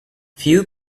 few